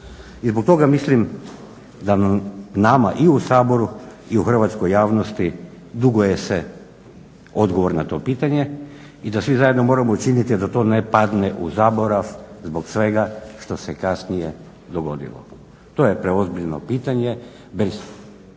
I zbog toga mislim da na nama i u Saboru i u hrvatskoj javnosti duguje se odgovor na to pitanje i da svi zajedno moramo učiniti da to ne padne u zaborav zbog svega što se kasnije dogodilo. To je preozbiljno pitanje,